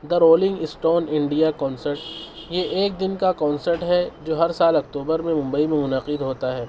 دا Rolling Stone India concert یہ ایک دن کا کنسرٹ ہے جو ہر سال اکتوبر میں ممبئی میں منعقد ہوتا ہے